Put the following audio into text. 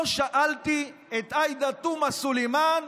לא שאלתי את עאידה תומא סלימאן